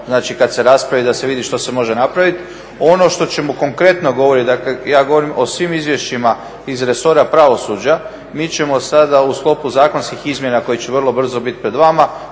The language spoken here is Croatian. znači kad se raspravi da se vidi što se može napraviti. Ono o čemu konkretno govorim, dakle ja govorim o svim izvješćima iz resora pravosuđa, mi ćemo sada u sklopu zakonskih izmjena koje će vrlo brzo biti pred vama